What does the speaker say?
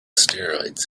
steroids